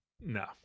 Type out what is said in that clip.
No